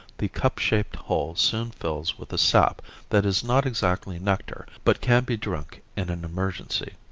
the cup-shaped hole soon fills with a sap that is not exactly nectar but can be drunk in an emergency.